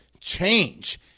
change